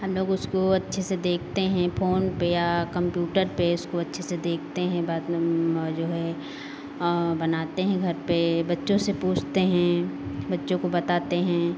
हम लोग उसको अच्छे से देखते हैं फोन पे या कम्प्यूटर पे उसको अच्छे से देखते हैं बाद जो है बनाते हैं घर पे बच्चों से पूछते हैं बच्चों को बताते हैं